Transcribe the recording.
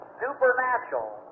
supernatural